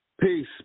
Peace